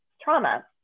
Trauma